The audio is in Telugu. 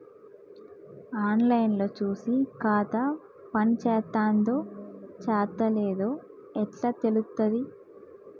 ఆన్ లైన్ లో చూసి ఖాతా పనిచేత్తందో చేత్తలేదో ఎట్లా తెలుత్తది?